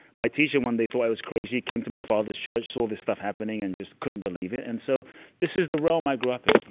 my teacher, one day, thought i was crazy, came to my father's church, saw the stuff happening, and just couldn't believe it. and so this is the realm i grew up in,